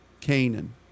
Canaan